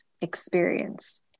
experience